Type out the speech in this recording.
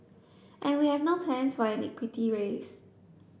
and we have no plans for an equity raise